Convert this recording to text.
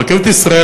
רכבת ישראל,